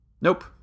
Nope